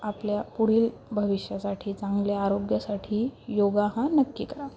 आपल्या पुढील भविष्यासाठी चांगल्या आरोग्यासाठी योगा हा नक्की करा